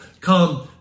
come